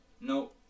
No